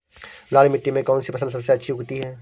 लाल मिट्टी में कौन सी फसल सबसे अच्छी उगती है?